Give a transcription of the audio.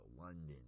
London